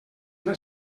una